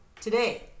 today